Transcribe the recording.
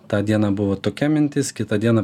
tą dieną buvo tokia mintis kitą dieną